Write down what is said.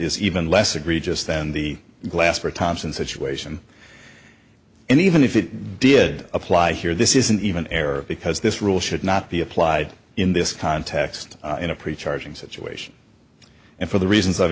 is even less egregious than the glass for thompson situation and even if it did apply here this isn't even error because this rule should not be applied in this context in a pretty charging situation and for the reasons i've